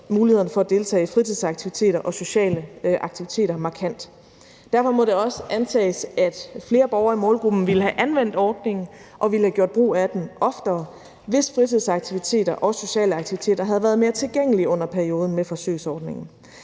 mulighederne for at deltage i fritidsaktiviteter og sociale aktiviteter markant. Derfor må det også antages, at flere borgere i målgruppen ville have anvendt ordningen og ville have gjort brug af den oftere, hvis fritidsaktiviteter og sociale aktiviteter havde været mere tilgængelige under perioden med forsøgsordningen.